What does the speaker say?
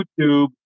YouTube